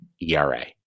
ERA